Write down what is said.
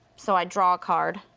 so i draw a card.